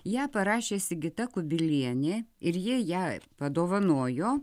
ją parašė sigita kubilienė ir ji ją padovanojo